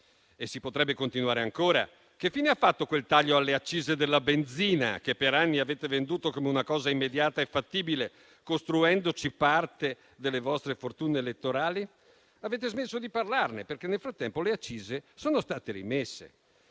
E si potrebbe continuare ancora: che fine ha fatto quel taglio alle accise della benzina che per anni avete venduto come una cosa immediata e fattibile, costruendoci parte delle vostre fortune elettorali? Avete smesso di parlarne, perché nel frattempo le accise sono state rimesse.